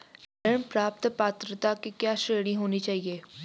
ऋण प्राप्त पात्रता की क्या श्रेणी होनी चाहिए?